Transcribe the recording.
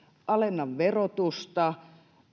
alenna verotusta